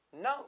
No